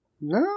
No